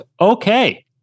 okay